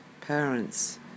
parents